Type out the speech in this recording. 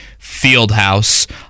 Fieldhouse